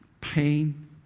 pain